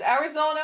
Arizona